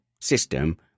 system